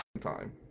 time